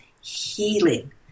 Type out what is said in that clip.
healing